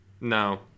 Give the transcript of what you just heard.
No